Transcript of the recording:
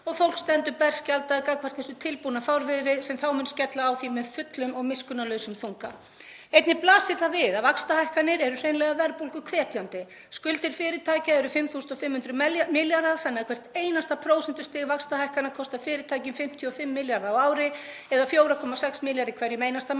og fólk stendur berskjaldað gagnvart þessu tilbúna fárviðri sem þá mun skella á því með fullum og miskunnarlausum þunga. Einnig blasir það við að vaxtahækkanir eru hreinlega verðbólguhvetjandi. Skuldir fyrirtækja eru 5.500 milljarðar þannig að hvert einasta prósentustig vaxtahækkana kostar fyrirtækin 55 milljarða á ári eða 4,6 milljarða í hverjum einasta mánuði.